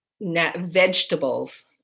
vegetables